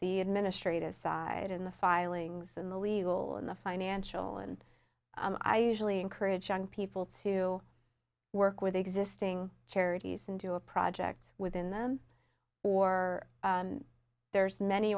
the administrative side in the filings in the legal and the financial and i usually encourage young people to work with existing charities and do a project within them or there's many